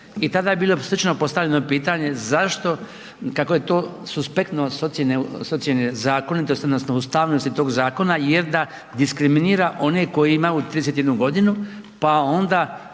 i tada je bilo slično postavljeno pitanje zašto, kako je to suspektno s ocijene, s ocijene zakonitosti odnosno ustavnosti tog zakona jer da diskriminira one koji imaju 31.g., pa onda